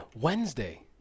wednesday